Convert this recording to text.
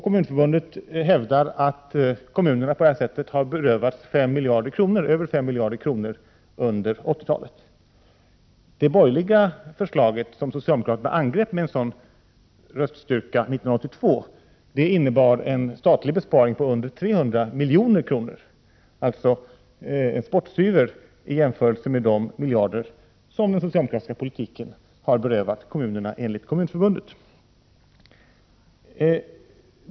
Kommunförbundet hävdar att kommunerna på det här sättet har berövats över 5 miljarder kronor under 80-talet. De borgerliga förslagen, som socialdemokraterna angrep med en sådan röststyrka 1982, innebar en statlig besparing på under 300 milj.kr., alltså en spottstyver i jämförelse med de miljarder som den socialdemokratiska politiken har berövat kommunerna enligt Kommunförbundet.